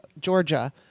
Georgia